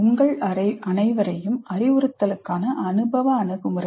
உங்கள் அனைவரையும்அறிவுறுத்தலுக்கான அனுபவ அணுகுமுறை